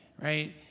right